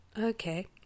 Okay